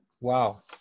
Wow